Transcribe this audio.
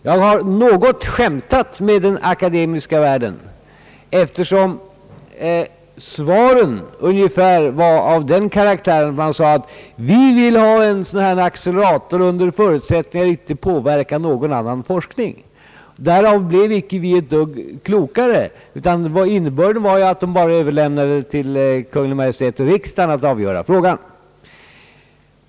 Jag har något skämtat med den akademiska världen, eftersom svaren ungefär var av den karaktären att var och en förklarade sig vilja ha en accelerator under förutsättning att det inte påverkar någon annan forskning. Därav blev vi inte ett dugg klokare. Inne börden var ju bara att man överläm nade till Kungl. Maj:t och riksdagen att avgöra frågan.